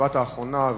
בשבת האחרונה,